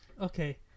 Okay